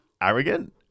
arrogant